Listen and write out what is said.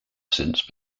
since